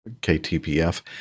KTPF